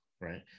right